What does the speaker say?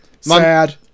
Sad